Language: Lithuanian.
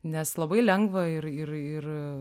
nes labai lengva ir ir ir